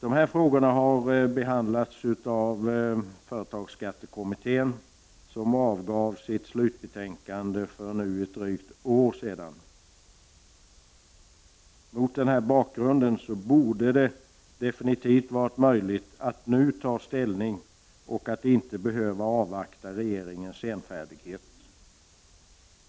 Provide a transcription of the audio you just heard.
Dessa frågor har behandlats av företagsskattekommittén, som avgav sitt slutbetänkande för drygt ett år sedan. Det borde därför vara möjligt att nu ta ställning i frågan. Man skall inte behöva avvakta regeringens senfärdighet.